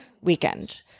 weekend